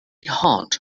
hot